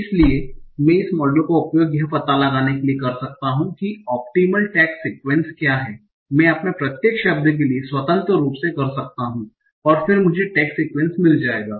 इसलिए मैं इस मॉडल का उपयोग यह पता लगाने के लिए कर सकता हूं कि ओप्टिमल टैग सीक्वेंस क्या है मैं इसे प्रत्येक शब्द के लिए स्वतंत्र रूप से कर सकता हूं और फिर मुझे टैग सीक्वेंस मिल जाएगा